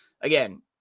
again